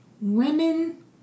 women